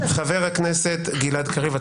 חברים, בלי לחץ.